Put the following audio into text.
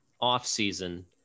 off-season